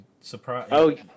surprise